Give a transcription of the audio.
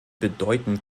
bedeutend